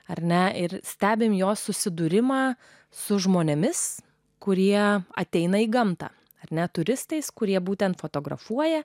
ar ne ir stebime jo susidūrimą su žmonėmis kurie ateina į gamtą ar ne turistais kurie būtent fotografuoja